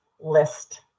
list